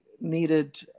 needed